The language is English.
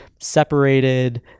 separated